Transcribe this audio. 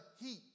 heat